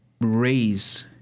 raise